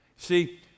See